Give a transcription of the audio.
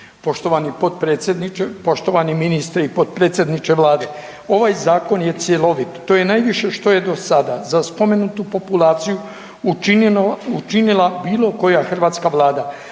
poštovani ministre, potpredsjedniče Vlade. Ovaj zakon je cjelovit, to je najviše što je do sada za spomenutu populaciju učinila bilokoja hrvatska Vlada.